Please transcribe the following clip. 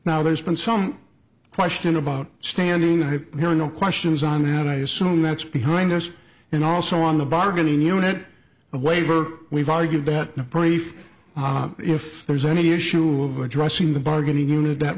now there's been some question about standing there no questions on that i assume that's behind us and also on the bargaining unit a waiver we've argued that no proof if there's any issue of addressing the bargaining unit that